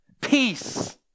peace